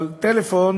אבל הטלפון